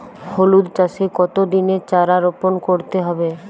হলুদ চাষে কত দিনের চারা রোপন করতে হবে?